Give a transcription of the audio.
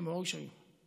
כמו האיש ההוא.